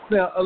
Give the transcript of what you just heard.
Now